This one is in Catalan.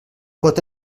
pot